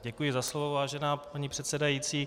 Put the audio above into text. Děkuji za slovo, vážená paní předsedající.